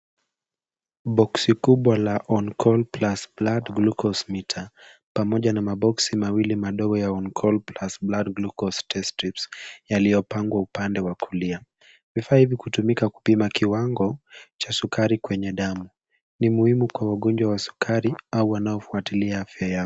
Boxi kubwa la One Call Plus Blood Glucose Meter pamoja na maboxi mawili madogo ya One Call Plus Blood Glucose Test Kits yaliyopangwa upande wa kulia. Vifaa hivi hutumika kupima kiwango cha sukari kwenye damu. Ni muhimu kwa wagonjwa wa sukari au wanaofwatilia afya yao.